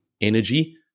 energy